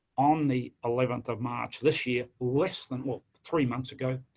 on the eleventh of march this year, less than, what, three months ago,